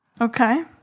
okay